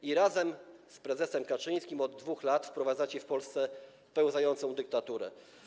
I razem z prezesem Kaczyńskim od 2 lat wprowadzacie w Polsce pełzającą dyktaturę.